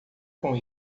com